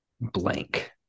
blank